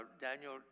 Daniel